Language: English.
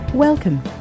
Welcome